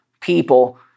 people